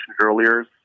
earlier